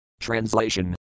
Translation